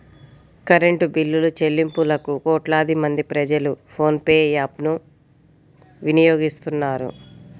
current బిల్లులుచెల్లింపులకు కోట్లాది మంది ప్రజలు ఫోన్ పే యాప్ ను వినియోగిస్తున్నారు